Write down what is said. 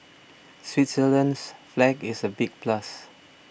Switzerland's flag is a big plus